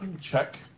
check